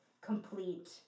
complete